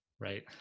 Right